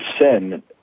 sin